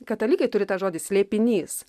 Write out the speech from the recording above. katalikai turi tą žodį slėpinys